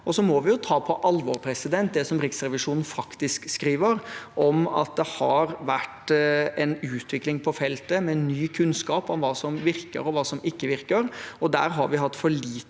må vi ta på alvor det som Riksrevisjonen faktisk skriver, om at det har vært en utvikling på feltet med ny kunnskap om hva som virker, og hva som ikke virker. Der har vi hatt for liten